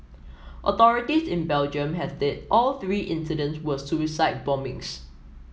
authorities in Belgium have said all three incidents were suicide bombings